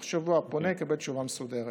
בתוך שבוע הפונה יקבל תשובה מסודרת.